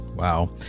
Wow